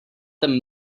them